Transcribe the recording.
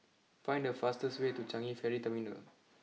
find the fastest way to Changi Ferry Terminal